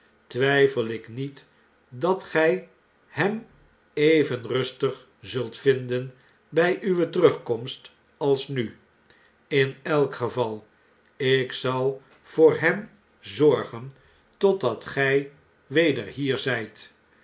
twyfel ik niet dat gjj hem ev en rustig zult vinden bij uwe terugkomst als nu in elk geval ik zal voor hem zorgen tot gij weder hier zn't